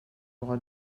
aura